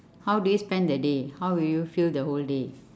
how do you spend the day how would you fill the whole day